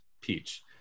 peach